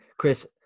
Chris